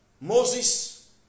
Moses